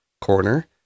corner